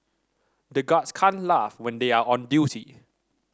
the guards can't laugh when they are on duty